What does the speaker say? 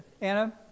Anna